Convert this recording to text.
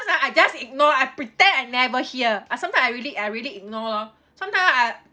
I just ignore I pretend I never hear I sometimes I really I really ignore lor sometimes I